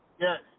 Yes